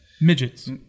midgets